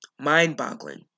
Mind-boggling